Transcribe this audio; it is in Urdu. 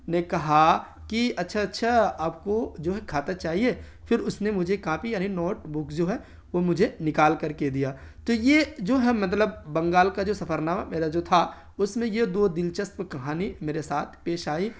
نے کہا کہ اچھا اچھا آپ کو جو ہے کھاتا چاہیے پھر اس نے مجھے کاپی یعنی نوٹ بک جو ہے وہ مجھے نکال کر کے دیا تو یہ جو ہے مطلب بنگال کا جو سفرنامہ میرا جو تھا اس میں یہ دو دلچسپ کہانی میرے ساتھ پیش آئیں